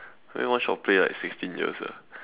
then one shot play like sixteen years ah